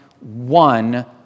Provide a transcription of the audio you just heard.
one